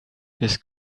his